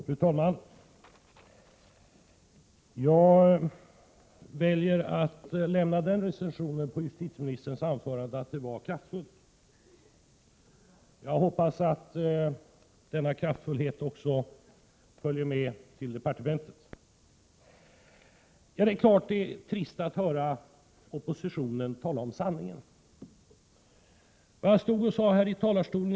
Fru talman! Jag väljer att lämna den recensionen av justitieministerns anförande att det var kraftfullt. Jag hoppas att den kraftfullheten också följer med till departementet. Det är klart att det är trist att höra oppositionen tala möjligt för de lokala polismyndigheterna att delegera arbetsuppgifter. ERIGR SU PDUSKareN Därför har vi övergett den tidigare ordningen, som innebar att regeringen om sanningen.